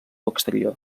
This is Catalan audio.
exterior